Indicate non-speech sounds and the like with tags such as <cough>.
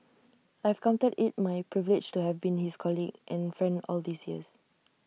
I <unintelligible> counted IT my privilege to have been his colleague and friend all these years